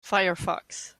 firefox